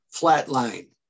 flatline